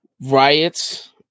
Riot's